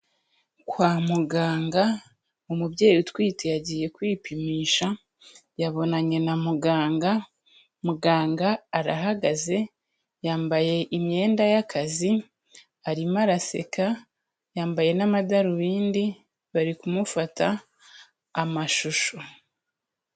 Kwa muganga umubyeyi utwite yagiye kwipimisha yabonanye na muganga, muganga arahagaze, yambaye imyenda y'akazi arimo araseka, yambaye n'amadarubindi bari kumufata amashusho.